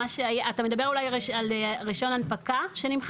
אתה מדבר אולי על רישיון הנפקה שנמחק?